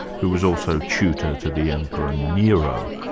who was also tutor to the emperor nero,